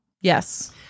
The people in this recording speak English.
Yes